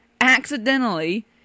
accidentally